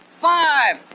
five